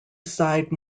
side